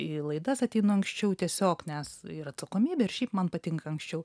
į laidas ateinu anksčiau tiesiog nes ir atsakomybė ir šiaip man patinka anksčiau